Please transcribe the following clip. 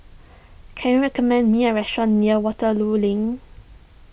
can you recommend me a restaurant near Waterloo Link